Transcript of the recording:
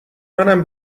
منم